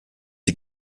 die